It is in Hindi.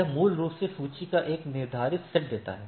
यह मूल रूप से सूची का एक निर्धारित सेट देता है